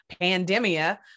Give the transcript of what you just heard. pandemia